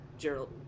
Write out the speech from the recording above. Gerald